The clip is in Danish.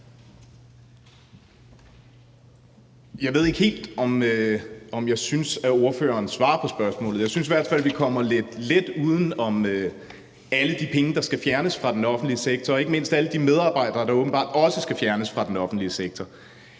Jeg ved ikke helt, om jeg synes, at ordføreren svarer på spørgsmålet. Jeg synes i hvert fald, at man kommer lidt let uden om alle de penge, der skal fjernes fra den offentlige sektor, ikke mindst alle de medarbejdere, der åbenbart også skal fjernes fra den offentlige sektor.